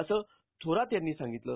असं थोरात यांनी सांगितलं